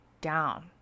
down